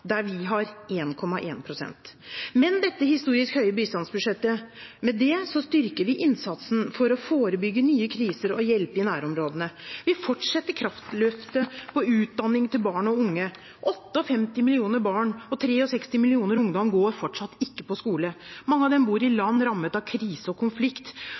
historisk høye bistandsbudsjettet styrker vi innsatsen for å forebygge nye kriser og hjelpe i nærområdene. Vi fortsetter kraftløftet på utdanning for barn og unge. 58 millioner barn og 63 millioner ungdommer går fortsatt ikke på skole. Mange av dem bor i land rammet av krise og konflikt.